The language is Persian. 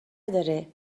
داره